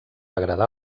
agradar